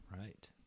Right